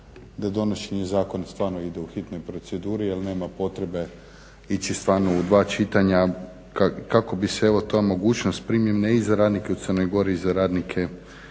da donošenje zakona stvarno ide u hitnoj proceduri jer nema potrebe ići stvarno u dva čitanja kako bi se evo ta mogućnost primjene i za radnike u Crnoj Gori i za radnike,